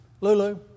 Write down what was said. Lulu